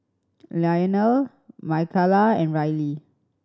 Leonel Micayla and Riley